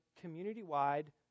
community-wide